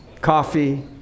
Coffee